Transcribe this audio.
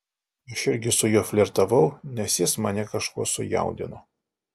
aš irgi su juo flirtavau nes jis mane kažkuo sujaudino